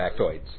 factoids